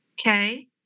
okay